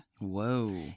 Whoa